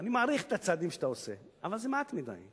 אני מעריך את הצעדים שאתה עושה אבל זה מעט מדי.